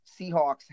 Seahawks